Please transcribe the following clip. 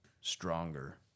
stronger